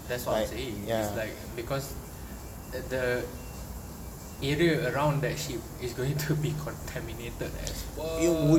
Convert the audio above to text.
that's what I'm saying is like because the area around that ship is going to be contaminated as fuck